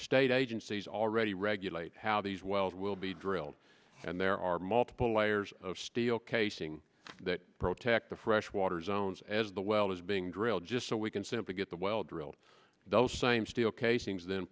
state agencies already regulate how these wells will be drilled and there are multiple layers of steel casing that pro tech the freshwater zones as the well as being drilled just so we can simply get the well drilled those same steel casings then